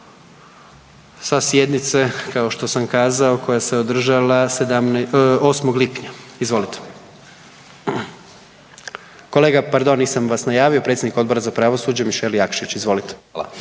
sa sjednice, kao što sam kazao, koja se održala 8. lipnja, izvolite. Kolega pardon, nisam vas najavio, predsjednik Odbora za pravosuđe Mišel Jakšić, izvolite.